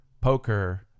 poker